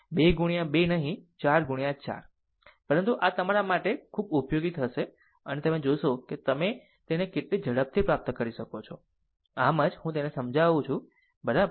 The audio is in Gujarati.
2 ગુણ્યા 2 નહીં 4 ગુણ્યા 4 પરંતુ આ તમારા માટે ખૂબ ઉપયોગી થશે અને તમે જોશો કે તમે તેને કેટલી ઝડપથી પ્રાપ્ત કરી શકો છો આમ જ હું તેને સમજાવું બરાબર